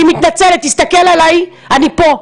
אני מתנצלת, תסתכל עליי, אני פה.